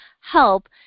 help